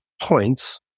points